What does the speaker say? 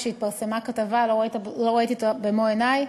כבר לא נשאר יותר ממה לעשות